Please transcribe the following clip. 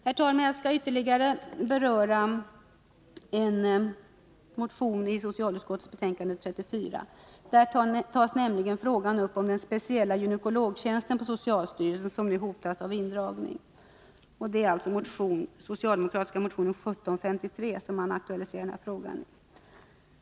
Jag skall beröra ytterligare en motion i socialutskottets betänkande nr 34. Det är den socialdemokratiska motionen 1753, som aktualiserar frågan om den speciella gynekologtjänst på socialstyrelsen som nu hotas av indragning.